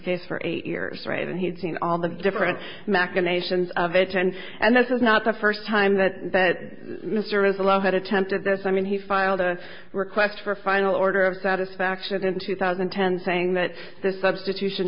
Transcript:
case for eight years right and he had seen all the different machinations of a ten and this is not the first time that that mr is allowed had attempted this i mean he filed a request for a final order of satisfaction in two thousand and ten thing that the substitution